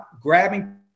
grabbing